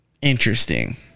interesting